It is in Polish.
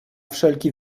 wszelki